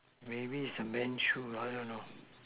maybe it's a men shoe I don't know